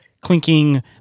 clinking